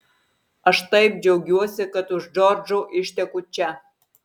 aš taip džiaugiuosi kad už džordžo išteku čia